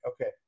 Okay